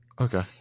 okay